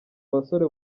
basore